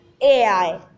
AI